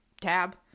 tab